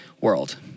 world